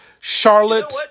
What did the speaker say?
Charlotte